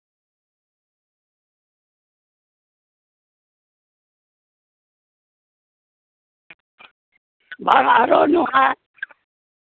ᱵᱟᱝᱟ ᱟᱨᱚ ᱱᱚᱣᱟ